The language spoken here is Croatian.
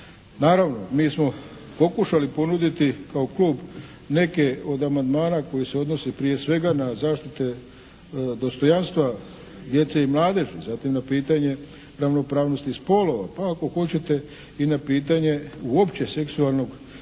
Naravno, mi smo pokušali ponuditi kao klub neke od amandmana koje se odnose prije svega na zaštite dostojanstva djece i mladeži, zatim na pitanje ravnopravnosti spolova, pa ako hoćete i na pitanje uopće seksualnog